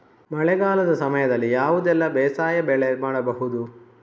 ಮಳೆಗಾಲದ ಸಮಯದಲ್ಲಿ ಯಾವುದೆಲ್ಲ ಬೇಸಾಯ ಬೆಳೆ ಮಾಡಬಹುದು?